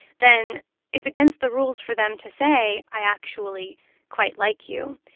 then it's against the rules for them to say, i actually quite like you.